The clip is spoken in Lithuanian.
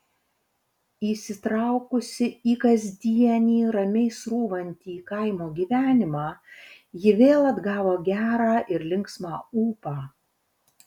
įsitraukusi į kasdienį ramiai srūvantį kaimo gyvenimą ji vėl atgavo gerą ir linksmą ūpą